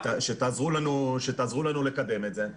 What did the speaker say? שתעזור לנו לקדם את זה.